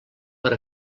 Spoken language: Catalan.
per